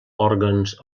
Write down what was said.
òrgans